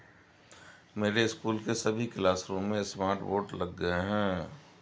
मेरे स्कूल के सभी क्लासरूम में स्मार्ट बोर्ड लग गए हैं